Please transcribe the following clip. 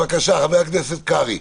בבקשה, הסתייגויות של חבר הכנסת קרעי.